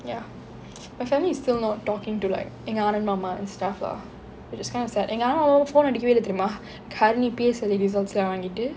ya my family is still not talking to like எங்க அருண் மாமா:enga arun maama and stuff lah it's just kind of sad எங்க அண்ணா:enga anna phone அடிக்கவே இல்ல தெரியுமா:adikkave ille theriyuma harini P_S_L_E results எல்லாம் வாங்கிட்டு:ellam vaangittu